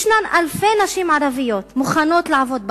אלפי נשים ערביות מוכנות לעבוד בענף.